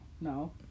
no